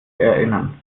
erinnern